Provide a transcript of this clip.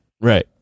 right